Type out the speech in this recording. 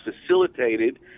facilitated